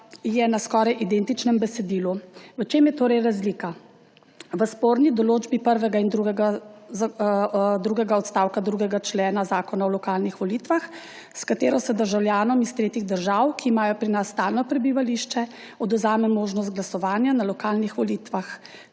je na skoraj identičnem besedilu. V čem je torej razlika? V sporni določbi prvega in drugega odstavka 2. člena zakona o lokalnih volitvah, s katero se državljanom iz tretjih držav, ki imajo pri nas stalno prebivališče, odvzame možnost glasovanja na lokalnih volitvah,